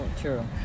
True